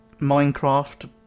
Minecraft